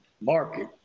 market